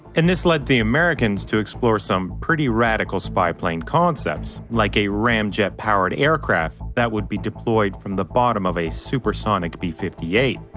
and this led the americans to explore some pretty radical spy plane concepts, like a ramjet powered aircraft that would be deployed from the bottom of a supersonic b fifty eight.